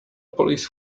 police